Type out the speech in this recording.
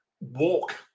walk